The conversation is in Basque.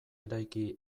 eraiki